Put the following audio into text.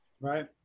right